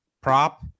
prop